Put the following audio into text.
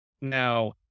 Now